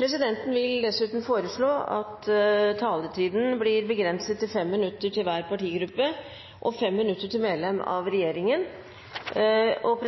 Presidenten vil foreslå at taletiden blir begrenset til 5 minutter til hver partigruppe og 5 minutter til medlem av regjeringen. Videre vil